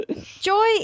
Joy